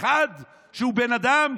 אחד שהוא בן אדם?